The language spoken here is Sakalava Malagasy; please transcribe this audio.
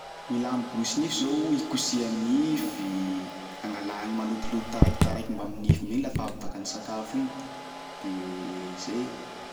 Gny ilà ny brosy nify zao ikosiha nify, angala gny malotoloto taraiky taraiky mbamy nify mila fa avy baka nisakafo igny de zay e.